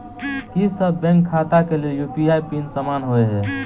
की सभ बैंक खाता केँ लेल यु.पी.आई पिन समान होइ है?